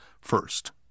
first